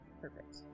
perfect